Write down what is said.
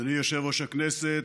אדוני יושב-ראש הכנסת,